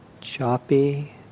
choppy